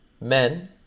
men